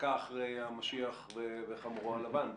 דקה אחרי המשיח וחמורו הלבן,